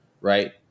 right